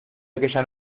aquella